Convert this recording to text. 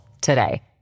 today